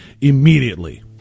immediately